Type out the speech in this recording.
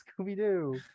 Scooby-Doo